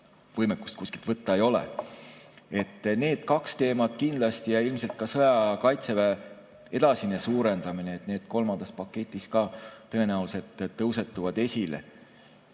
võimekust kuskilt võtta ei ole. Need kaks teemat kindlasti ja ilmselt ka sõjaaja kaitseväe edasine suurendamine kolmandas paketis ka tõenäoliselt tõusetuvad.